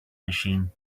machine